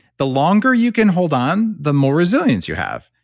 the longer you can hold on, the more resilience you have.